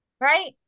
Right